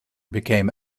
became